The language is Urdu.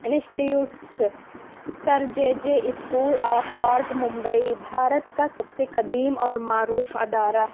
institutes Sir J J School of Art Mumbai Bharat کا سب سے قدیم اور معروف ادارہ